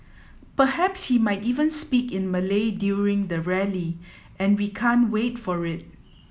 perhaps he might even speak in Malay during the rally and we can't wait for it